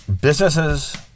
Businesses